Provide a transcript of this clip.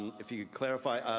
if you could clarify.